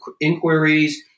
inquiries